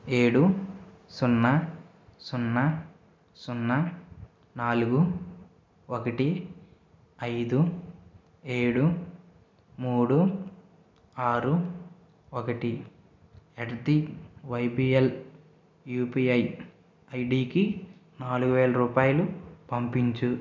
ఏడు సున్నా సున్నా సున్నా నాలుగు ఒకటి ఐదు ఏడు మూడు ఆరు ఒకటి అట్ది వైబియల్ యూపిఐ ఐడికి నాలుగు వేల రూపాయలు పంపించు